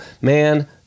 man